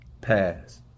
Pass